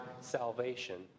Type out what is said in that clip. salvation